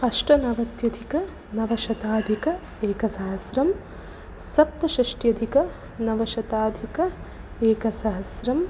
अष्टनवत्यधिकनवशताधिक एकसहस्रं सप्तषष्ट्यधिकनवशताधिक एकसहस्रम्